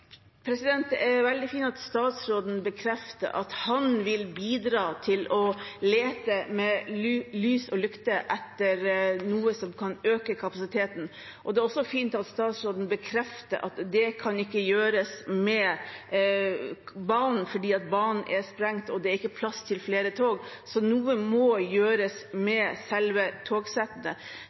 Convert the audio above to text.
rammer. Det er veldig fint at statsråden bekrefter at han vil bidra til å lete med lys og lykte etter noe som kan øke kapasiteten. Det er også fint at statsråden bekrefter at det ikke kan gjøres noe med banen, fordi banen er sprengt og det er ikke plass til flere tog. Så noe må gjøres med selve